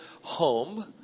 home